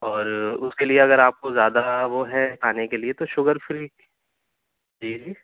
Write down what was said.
اور اُس كے لیے اگر آپ كو زیادہ وہ ہے کھانے کے لیے تو شوگر فری جی جی